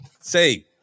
say